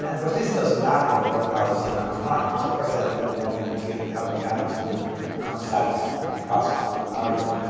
and of course, this doesn't matter when you're all part of the same common market. so for example, every morning three hundred thousand gallons of milk comes south to be processed from northern ireland.